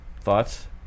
Thoughts